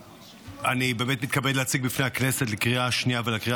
אני באמת מתכבד להציג בפני הכנסת לקריאה השנייה ולקריאה